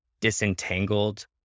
disentangled